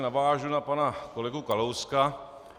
Navážu na pana kolegu Kalouska.